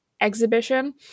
exhibition